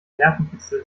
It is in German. nervenkitzel